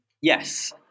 Yes